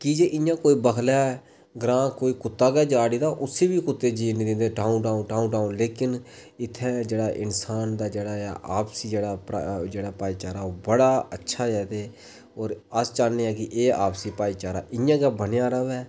की जे इं'या कोई बखलै ग्रांऽ कोई कुत्ता गै जा उठी तां उसी कुत्ते गी जीन निं दिंदे डंऊ डंऊ डंऊ डंऊ लेकिन इत्थें जेह्ड़ा इंसान दा जेह्ड़ा आपसी जेह्ड़ा बड़ा भाईचारा ओह् बड़ा अच्छा ऐ ते होर अस चाहनें आं की एह् आपसी भाईतारा इं'या गै बने दा र'वै